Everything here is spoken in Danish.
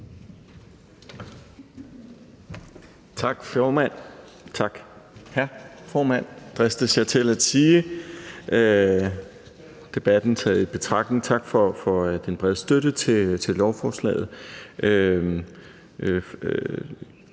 Tak, formand, tak, hr. formand, dristes jeg til at sige debatten taget i betragtning. Tak for den brede støtte til lovforslaget.